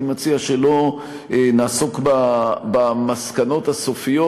אני מציע שלא נעסוק במסקנות הסופיות,